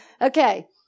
Okay